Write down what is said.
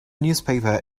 newspaper